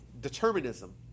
determinism